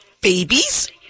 babies